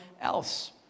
else